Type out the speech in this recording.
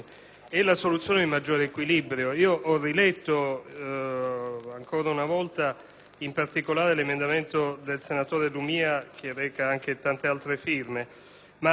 ancora una volta, in particolare, l'emendamento presentato dal senatore Lumia, che reca anche tante altre firme.